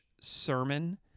sermon